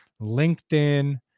LinkedIn